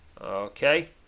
Okay